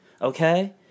Okay